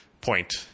point